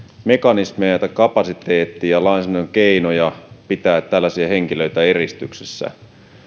mekanismeja tai kapasiteettia ja lainsäädännön keinoja pitää tällaisia henkilöitä eristyksissä